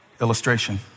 illustration